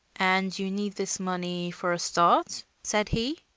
and you need this money for a start? said he.